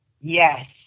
Yes